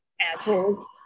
assholes